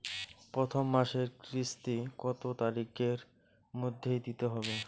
প্রথম মাসের কিস্তি কত তারিখের মধ্যেই দিতে হবে?